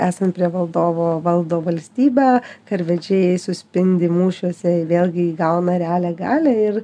esant prie valdovo valdo valstybę karvedžiai suspindi mūšiuose vėlgi įgauna realią galią ir